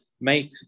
make